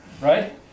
right